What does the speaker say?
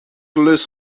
lust